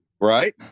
right